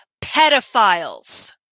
pedophiles